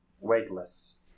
Weightless